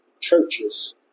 churches